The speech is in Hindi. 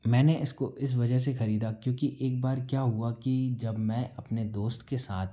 मैंने इसको इस वजह से खरीदा क्योंकि एक बार क्या हुआ कि जब मैं अपने दोस्त के साथ